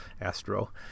Astro